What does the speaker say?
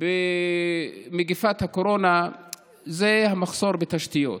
במגפת הקורונה זה המחסור בתשתיות.